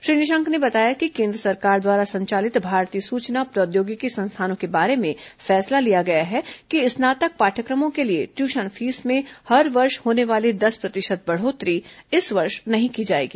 श्री निशंक ने बताया कि केन द्र सरकार द्वारा संचालित भारतीय सूचना प्रौद्योगिकी संस्थानों के बारे में फैसला लिया गया है कि स्नातक पाठ्य क्र मों के लिए ट्यूशन फीस में हर वर्ष होने वाली दस प्र तिशत बढ़ो तारी इस वर्ष नहीं की जाएगी